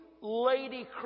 lady